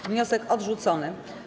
Wniosek odrzucony.